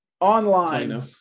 online